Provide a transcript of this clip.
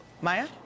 Maya